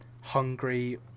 hungry